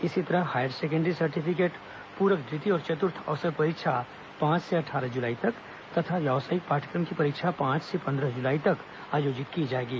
इसी तरह higher secondary certificate प्रक द्वितीय और चतुर्थ अवसर परीक्षा पांच से अट्ठारह जुलाई तक तथा व्यावसायिक पाठ्यक्रम की परीक्षा पांच से पंद्रह जुलाई तक आयोजित की जाएंगी